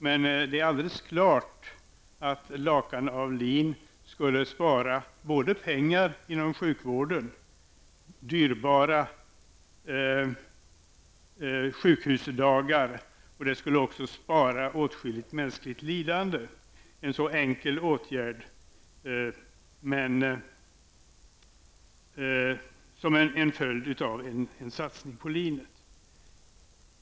Men det är alldeles klart att lakan av lin skulle spara både pengar inom sjukvården, dyrbara sjukhusdagar och även åtskilligt mänskligt lidande. Det är en mycket enkel åtgärd som en följd av en satsning på linet.